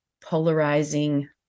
polarizing